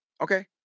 Okay